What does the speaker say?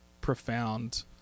profound